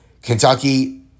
Kentucky